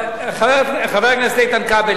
חבר הכנסת איתן כבל,